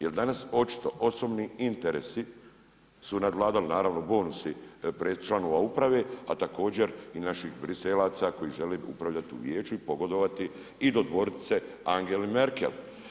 Jer danas, očito osobni interesi su nadvladali, naravno bonusi, pred članova uprave, a također i naših Briselaca koji žele upravljati u Vijeću i pogodovati i dodvoriti se Angeli Merkel.